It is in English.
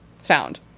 sound